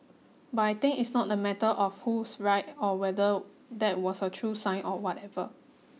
but I think it's not a matter of who's right or whether that was a true sign or whatever